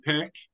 pick